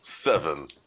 seven